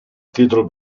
titolo